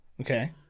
okay